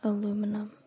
Aluminum